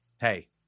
Hey